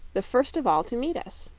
the first of all to meet us?